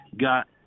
got